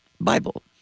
Bible